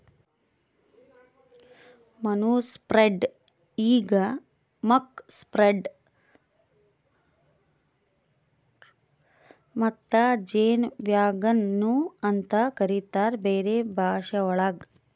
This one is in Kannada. ಮನೂರ್ ಸ್ಪ್ರೆಡ್ರ್ ಈಗ್ ಮಕ್ ಸ್ಪ್ರೆಡ್ರ್ ಮತ್ತ ಜೇನ್ ವ್ಯಾಗನ್ ನು ಅಂತ ಕರಿತಾರ್ ಬೇರೆ ಭಾಷೆವಳಗ್